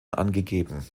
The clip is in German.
angegeben